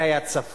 זה היה צפוי,